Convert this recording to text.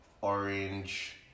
orange